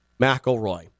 mcelroy